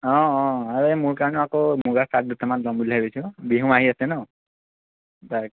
অ অ আৰু এই মোৰ কাৰণেও আকৌ মুগা শ্বাৰ্ট দুটামান ল'ম বুলি ভাবিছোঁ বিহু আহি আছে ন' তাকে